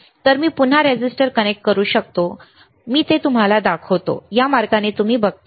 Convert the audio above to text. तर मी पुन्हा रेझिस्टर कनेक्ट करू शकतो मी ते तुम्हाला दाखवतो या मार्गाने तुम्ही बघता